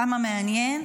כמה מעניין,